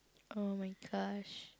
!oh-my-gosh!